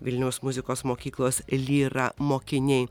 vilniaus muzikos mokyklos lyra mokiniai